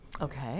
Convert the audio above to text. Okay